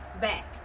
back